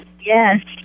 yes